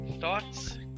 Thoughts